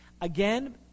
Again